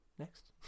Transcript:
Next